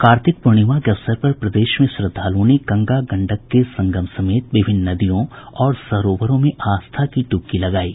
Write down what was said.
कार्तिक पूर्णिमा के अवसर पर प्रदेश में श्रद्धालूओं ने गंगा गंडक के संगम समेत विभिन्न नदियों और सरोवरों में आस्था की डुबकी लगायी